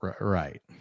right